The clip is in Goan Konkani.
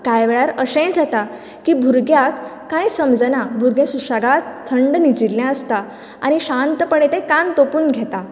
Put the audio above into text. त्या वेळार अशेंय जाता की भुरग्यांक कांयच समजना भुरगें सुशेगाद थंड न्हदिल्ले आसता आनी शांतपणे ते कान तोपून घेता